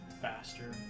Faster